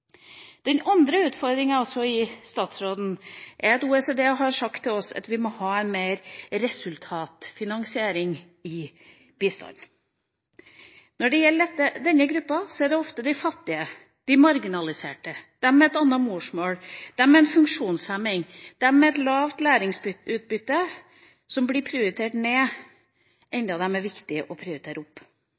Den andre utfordringa jeg vil gi statsråden, er at OECD har sagt til oss at vi må ha mer resultatfinansiering i bistanden. Når det gjelder denne gruppa, er det ofte de fattige, de marginaliserte, de med et annet morsmål, de med en funksjonshemming, de med et lavt læringsutbytte som blir prioritert ned, enda det er dem det er viktig å prioritere opp.